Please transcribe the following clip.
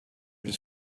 his